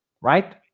right